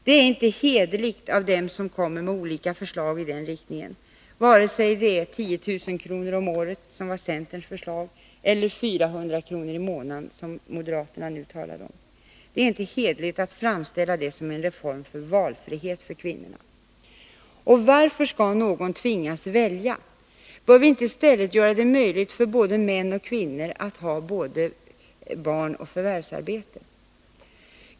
Det är inte hederligt av dem som kommer med olika förslag i den riktningen — vare sig det är 10 000 kr. om året, som var centerns förslag, eller 400 kr. i månaden, som moderaterna nu talar om — att framställa det som en reform för valfrihet för kvinnorna. Varför skall någon tvingas välja? Bör vi inte i stället göra det möjligt för både män och kvinnor att ha både barn och förvärvsarbete?